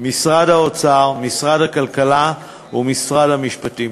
משרד האוצר, משרד הכלכלה ומשרד המשפטים.